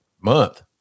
month